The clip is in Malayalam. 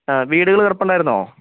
ആ വീടുകൾ കിടപ്പുണ്ടായിരുന്നോ